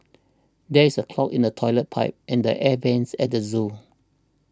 there is a clog in the Toilet Pipe and the Air Vents at the zoo